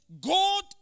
God